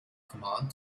command